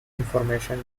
information